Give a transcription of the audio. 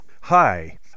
Hi